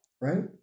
right